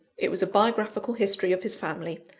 it was a biographical history of his family,